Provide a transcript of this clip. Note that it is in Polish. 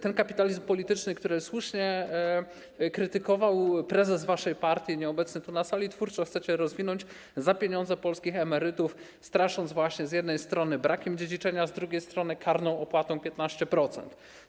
Ten kapitalizm polityczny, który słusznie krytykował prezes waszej partii, nieobecny tu na sali, twórczo chcecie rozwinąć za pieniądze polskich emerytów, strasząc z jednej strony właśnie brakiem dziedziczenia, a z drugiej strony - karną opłatą w wysokości 15%.